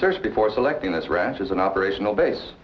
search before selecting this ranch as an operational base